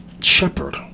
shepherd